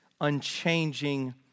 unchanging